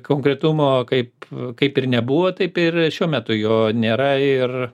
konkretumo kaip kaip ir nebuvo taip ir šiuo metu jo nėra ir